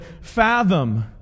fathom